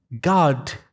God